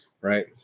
right